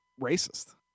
racist